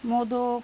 modak